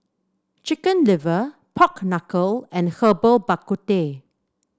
Chicken Liver Pork Knuckle and Herbal Bak Ku Teh